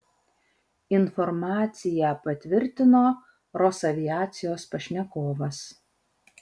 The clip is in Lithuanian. informaciją patvirtino rosaviacijos pašnekovas